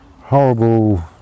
horrible